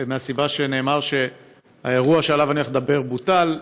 מהסיבה שנאמר שהאירוע שעליו אני הולך לדבר בוטל.